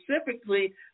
specifically